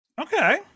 okay